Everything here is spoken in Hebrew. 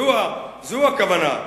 זו הכוונה,